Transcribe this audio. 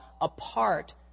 apart